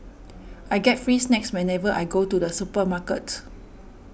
I get free snacks whenever I go to the supermarket